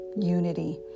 unity